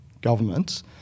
governments